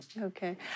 Okay